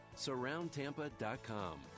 SurroundTampa.com